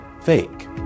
Fake